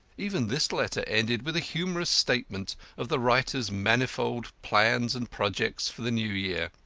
even this letter ended with a humorous statement of the writer's manifold plans and projects for the new year.